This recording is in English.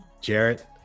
Jarrett